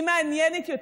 היא מעניינת יותר.